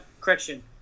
Correction